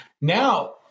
now